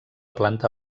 planta